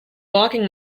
blocking